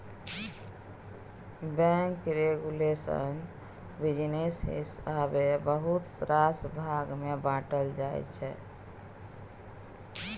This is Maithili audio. बैंक रेगुलेशन बिजनेस हिसाबेँ बहुत रास भाग मे बाँटल जाइ छै